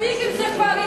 מספיק עם זה כבר.